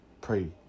pray